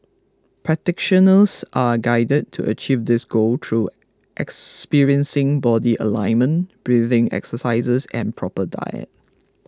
practitioners are guided to achieve this goal through experiencing body alignment breathing exercises and proper diet